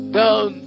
down